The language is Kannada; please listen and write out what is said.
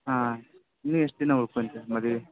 ಹಾಂ ನೀ ಎಷ್ಟು ದಿನ ಉಳ್ಕೊತ್ಯ ಮದ್ವೆಗೆ